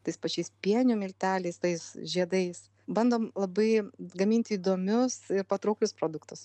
tais pačiais pienių milteliais tais žiedais bandom labai gaminti įdomius ir patrauklius produktus